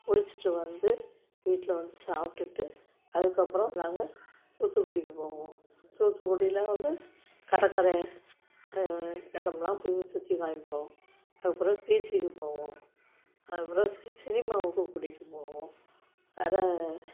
குளிச்சிவிட்டு வந்து வீட்டில் வந்து சாப்பிட்டுட்டு அதுக்கப்புறம் நாங்கள் தூத்துக்குடிக்கு போவோம் தூத்துக்குடியில வந்து கடற்கரை இடம்லாம் போய் சுற்றி காமிப்போம் அதுக்கப்புறம் பீச்சிக்கு போவோம் அதுக்கப்புறம் சி சினிமாவுக்கும் கூட்டிகிட்டு போவோம் வேறு